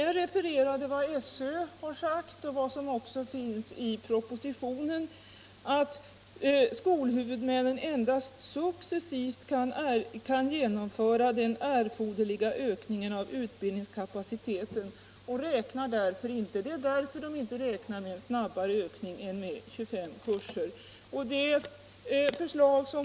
Jag refererade vad SÖ har sagt och vad som också finns i propositionen, att skolhuvudmännen endast successivt kan genomföra den erforderliga ökningen av utbildningskapaciteten och därför inte räknar med en snabbare ökning än med 25 kurser.